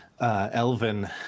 Elvin